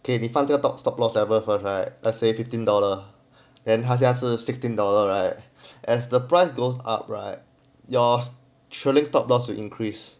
给你放这个 top stop loss lever first right let's say fifteen dollar then 他下次 sixteen dollar right as the price goes up right your trailing stop loss will increase